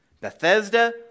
Bethesda